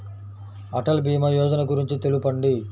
అటల్ భీమా యోజన గురించి తెలుపండి?